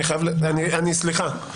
סליחה.